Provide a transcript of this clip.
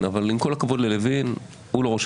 אלא גם בשיח פה.